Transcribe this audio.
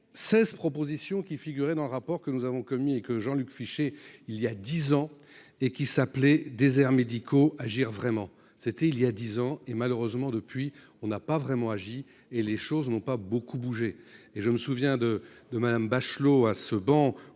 16 propositions qui figurait dans le rapport que nous avons commis et que Jean Luc fiché, il y a 10 ans et qui s'appelait déserts médicaux agir vraiment, c'était il y a 10 ans et, malheureusement, depuis, on n'a pas vraiment agi et les choses n'ont pas beaucoup bougé et je me souviens de de Madame Bachelot à ce banc